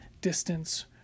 distance